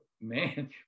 man